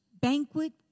banquet